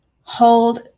hold